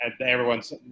everyone's